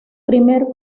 primer